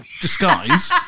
disguise